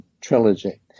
trilogy